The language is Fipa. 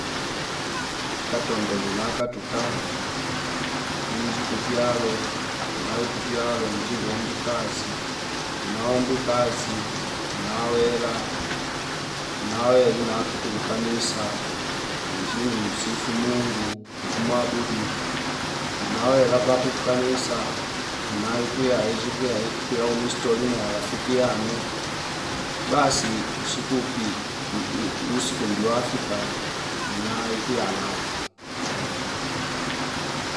Katondo ndina katuka injuku vyalo inayui kuvyalo inji ngombigazi inaombikazi inawela, inawe ina pitu kukanisa injim msifu Mungu muku kumuabudu ninawe lapapu kukanisa inayu kuya inji kuyai- kuyaumistoli naya rafiki yane basi usiku uki usiku ndiwa fika nina ikiwa yalala